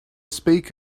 speak